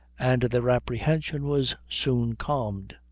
and their apprehension was soon calmed.